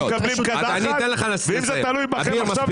היינו מקבלים קדחת ואם זה תלוי בכם עכשיו,